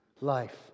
life